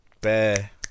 bear